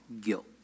guilt